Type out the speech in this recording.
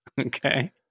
Okay